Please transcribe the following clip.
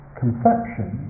conception